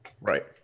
right